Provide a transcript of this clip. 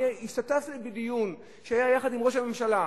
אני השתתפתי בדיון עם ראש הממשלה,